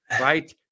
Right